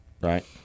Right